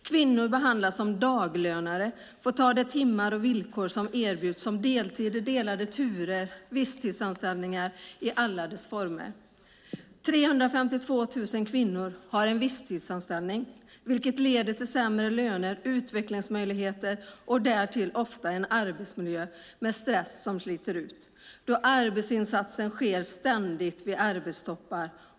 Kvinnor behandlas som daglönare och får ta de timmar som erbjuds som deltider, delade turer och visstidsanställningar i alla former. 352 000 kvinnor har visstidsanställning, vilket innebär sämre löner och utvecklingsmöjligheter. Därtill är arbetsmiljön ofta stressig eftersom arbetsinsatsen sker vid arbetstoppar.